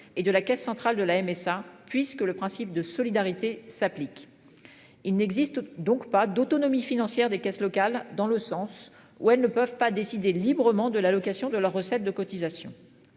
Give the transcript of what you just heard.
et de la Caisse centrale de la MSA puisque le principe de solidarité s'applique. Il n'existe donc pas d'autonomie financière des caisses locales dans le sens où elles ne peuvent pas décider librement de l'allocation de leurs recettes de cotisations.